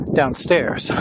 downstairs